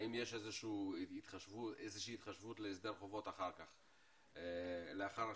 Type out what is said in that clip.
האם יש איזושהי התחשבות להסדר חובות לאחר השחרור?